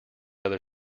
other